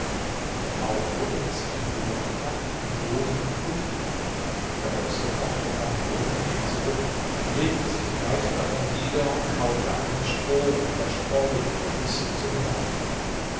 der bauer wunderte sich darüber und brachte ihm bohnen und futter der ochse roch daran herum ging zurück legte sich weit davon nieder und kaute an dem stroh und der spreu bis zum morgen